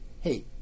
Hey